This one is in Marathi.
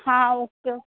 हां ओके ओके